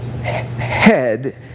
head